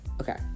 Okay